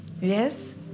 yes